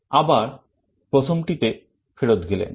আবার প্রথমটিতে ফেরত পেলেন